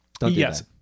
Yes